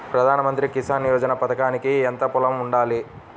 ప్రధాన మంత్రి కిసాన్ యోజన పథకానికి ఎంత పొలం ఉండాలి?